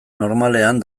normalean